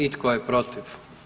I tko je protiv?